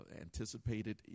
anticipated